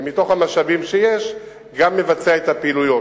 ומתוך המשאבים שיש גם מבצע את הפעילויות.